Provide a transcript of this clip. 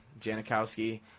Janikowski